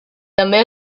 també